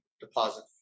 deposit